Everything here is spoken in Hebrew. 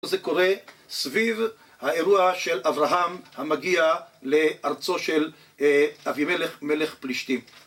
זה קורה סביב האירוע של אברהם המגיע לארצו של אבימלך מלך פלישתים